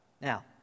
Now